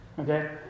okay